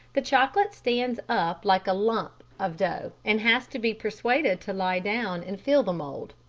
the chocolate stands up like a lump of dough and has to be persuaded to lie down and fill the mould.